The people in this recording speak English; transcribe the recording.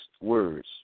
words